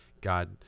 God